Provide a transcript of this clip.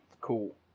cool